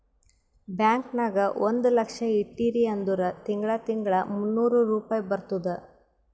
bank ನಾಗ್ ಒಂದ್ ಲಕ್ಷ ಇಟ್ಟಿರಿ ಅಂದುರ್ ತಿಂಗಳಾ ತಿಂಗಳಾ ಮೂನ್ನೂರ್ ರುಪಾಯಿ ಬರ್ತುದ್